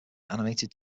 animated